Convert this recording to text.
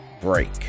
break